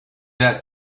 that